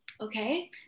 okay